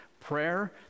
prayer